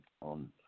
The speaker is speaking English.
on